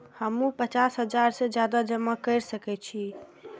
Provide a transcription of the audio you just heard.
हमू पचास हजार से ज्यादा जमा कर सके छी?